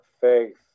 faith